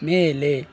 ಮೇಲೆ